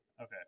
Okay